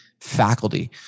faculty